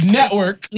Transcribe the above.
network